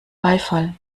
beifall